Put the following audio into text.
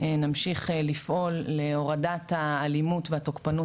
נמשיך לפעול להורדת האלימות והתוקפנות